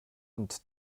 und